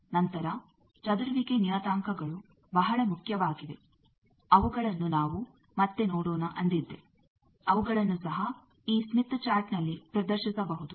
ನಂತರ ಚದುರುವಿಕೆ ನಿಯತಾಂಕಗಳು ಬಹಳ ಮುಖ್ಯವಾಗಿವೆ ಅವುಗಳನ್ನು ನಾವು ಮತ್ತೆ ನೋಡೋಣ ಅಂದಿದ್ದೆ ಅವುಗಳನ್ನು ಸಹ ಈ ಸ್ಮಿತ್ ಚಾರ್ಟ್ನಲ್ಲಿ ಪ್ರದರ್ಶಿಸಬಹುದು